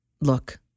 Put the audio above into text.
Look